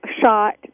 shot